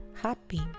happy